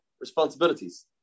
responsibilities